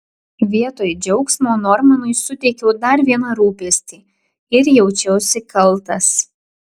vietoj džiaugsmo normanui suteikiau dar vieną rūpestį ir jaučiausi kaltas